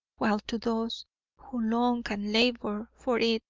while to those who long and labour for it,